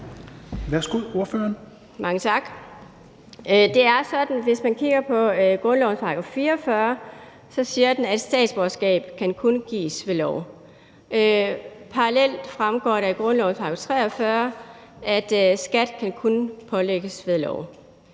Kronborg (RV): Mange tak. Det er sådan, hvis man kigger på grundlovens § 44, at den siger, at et statsborgerskab kun kan gives ved lov. Parallelt fremgår det af grundlovens § 43, at en skat kun kan pålægges ved lov.